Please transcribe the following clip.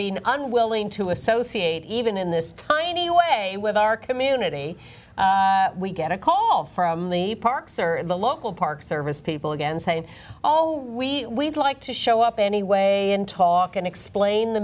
being unwilling to associate even in this tiny way with our community we get a call from the parks or the local park service people again saying oh we like to show up anyway and talk and explain the